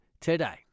today